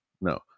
No